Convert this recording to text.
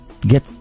get